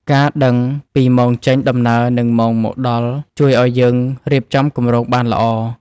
ការដឹងពីម៉ោងចេញដំណើរ និងម៉ោងមកដល់ ជួយឱ្យយើងរៀបចំគម្រោងបានល្អ។